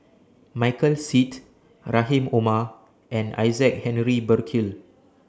Michael Seet Rahim Omar and Isaac Henry Burkill